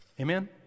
Amen